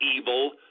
evil